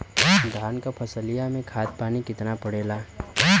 धान क फसलिया मे खाद पानी कितना पड़े ला?